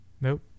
Nope